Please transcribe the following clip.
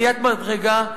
עליית מדרגה,